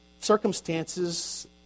circumstances